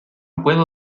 puedo